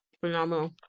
phenomenal